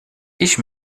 ich